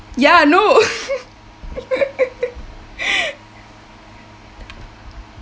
ya no